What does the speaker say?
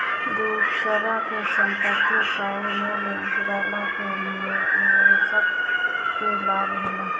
दूसरा के संपत्ति कअ मूल्य गिरला से निवेशक के लाभ होला